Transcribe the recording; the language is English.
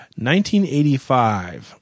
1985